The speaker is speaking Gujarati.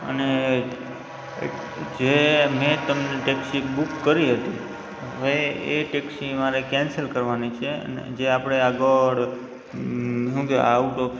અને જે મેં તમને ટૅક્ષી બૂક કરી હતી હવે એ ટૅક્ષી મારે કેન્સલ કરવાની છે જે આપણે આગળ શું કહેવાય આઉટડોર